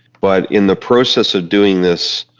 but in the process of doing this,